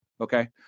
okay